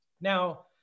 Now